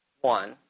one